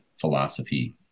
philosophy